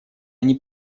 они